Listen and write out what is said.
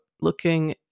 looking